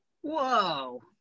Whoa